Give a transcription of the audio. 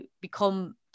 become